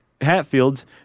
Hatfields